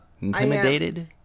intimidated